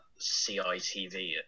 CITV